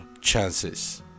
chances